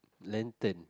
lantern